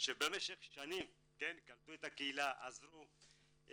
שבמשך שנים קלטו את הקהילה, עזרו,